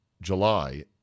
July